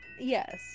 Yes